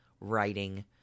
writing